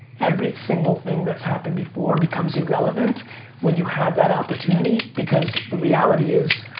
every single thing that's happened before become so irrelevant when you have that opportunity because the reality is,